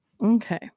Okay